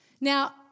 Now